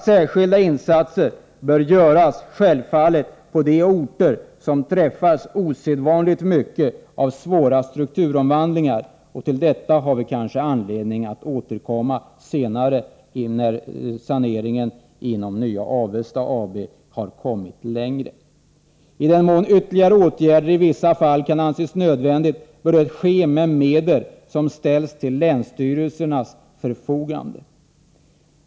Särskilda insatser bör självfallet göras på orter som träffats osedvanligt mycket av svåra strukturomvandlingar. Till detta har vi kanske anledning att återkomma senare när saneringen inom det nya Avesta kommit längre. I den mån ytterligare åtgärder i vissa fall kan anses nödvändiga bör härför medel användas som ställs till länsstyrelsernas förfogande.